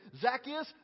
Zacchaeus